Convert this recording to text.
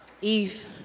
Eve